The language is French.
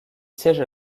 siège